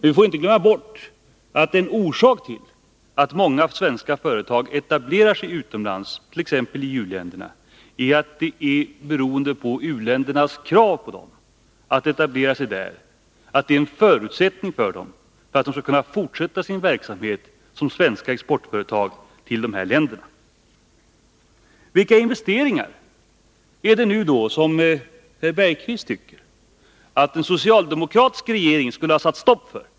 Vi får då inte glömma bort att en orsak till att många svenska företag etablerar sig utomlands, t.ex. i u-länderna, är att de är beroende av u-ländernas krav på dem att etablera sig där och att detta kan vara en förutsättning för att de skall Nr 91 kunna fortsätta sin verksamhet som svenska exportföretag till dessa 9 mars 1982 Vilka investeringar är det då som Jan Bergqvist tycker att en socialdemo kratisk regering skulle ha satt stopp för?